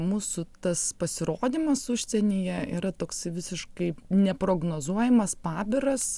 mūsų tas pasirodymas užsienyje yra toks visiškai neprognozuojamas pabiras